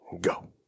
go